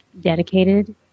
dedicated